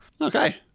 Okay